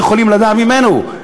לא יכולים לדעת ממנו.